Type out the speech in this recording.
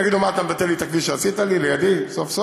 הם יגידו: מה אתה מבטל לי את הכביש שעשית לי לידי סוף-סוף?